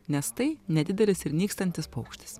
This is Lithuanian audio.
nes tai nedidelis ir nykstantis paukštis